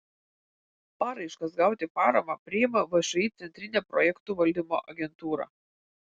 paraiškas gauti paramą priima všį centrinė projektų valdymo agentūra